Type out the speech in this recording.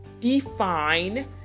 define